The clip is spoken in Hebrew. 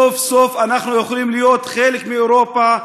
סוף-סוף אנחנו יכולים להיות חלק מאירופה,